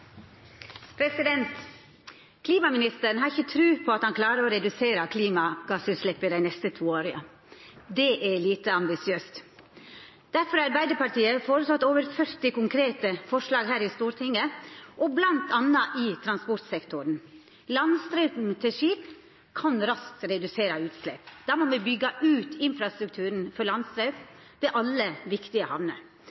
Klimaministeren har ikkje tru på at han klarer å redusera klimagassutsleppa dei neste to åra. Det er lite ambisiøst. Difor har Arbeiderpartiet føreslått over 40 konkrete forslag her i Stortinget, bl.a. i transportsektoren. Landstraum til skip kan raskt redusera utslepp. Då må me byggja ut infrastrukturen for